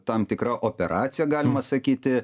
tam tikra operacija galima sakyti